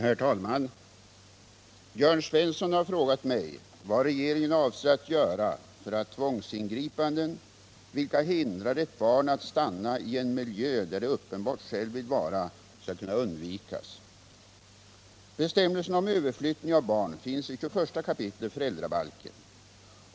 Herr talman! Jörn Svensson har frågat mig vad regeringen avser att göra för att tvångsingripanden, vilka hindrar ett barn att stanna i en miljö där det uppbart självt vill vara, skall kunna undvikas. Bestämmelserna om överflyttning av barn finns i 21 kap. föräldrabalken.